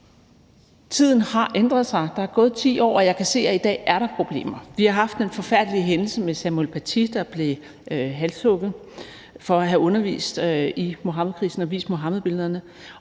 Tiden har ændret sig, der er gået 10 år, og jeg kan se, at i dag er der problemer. Vi har haft den forfærdelige hændelse med Samuel Paty, der blev halshugget for at have undervist i Muhammedkrisen og vist Muhammedbillederne.